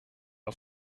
auf